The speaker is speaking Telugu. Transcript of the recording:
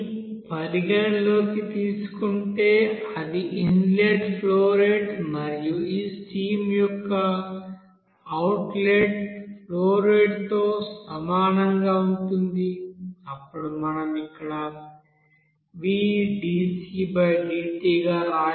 పరిగణనలోకి తీసుకుంటే అది ఇన్లెట్ ఫ్లో రేట్ మరియు ఈ స్ట్రీమ్ యొక్క అవుట్లెట్ ఫ్లో రేటు తో సమానంగా ఉంటుంది అప్పుడు మనం ఇక్కడ vdcdt గా వ్రాయవచ్చు